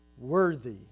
worthy